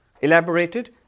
elaborated